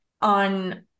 on